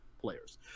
players